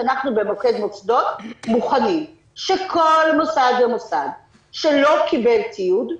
שאנחנו במוקד מוסדות מוכנים שכל מוסד ומוסד שלא קיבל ציוד,